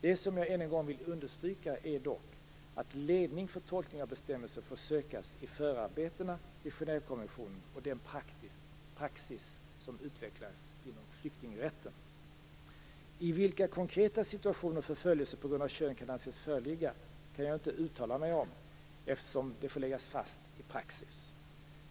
Det som jag än en gång vill understryka är dock att ledning för tolkningen av bestämmelsen får sökas i förarbetena till Genèvekonventionen och den praxis som utvecklats inom flyktingrätten. I vilka konkreta situationer förföljelse på grund av kön kan anses föreligga kan jag inte uttala mig om, eftersom det får läggas fast i praxis.